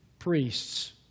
priests